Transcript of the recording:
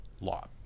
law